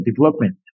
development